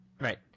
Right